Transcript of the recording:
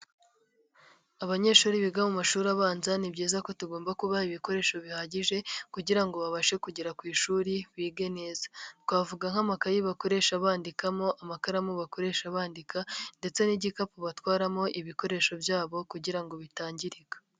Abanyeshuri biga mu mashuri abanza ni byiza ko tugomba kubaha ibikoresho bihagije kugira ngo babashe kugera ku ishuri bige neza, twavuga nk'amakaye bakoresha bandikamo, amakaramu bakoresha bandika ndetse n'igikapu batwaramo ibikoresho byabo kugira ngo bitangirika.